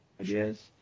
ideas